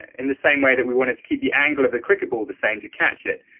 in the same way that we wanted to keep the angle of the cricket ball the same to catch it,